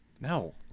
No